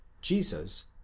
jesus